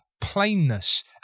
plainness